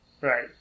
right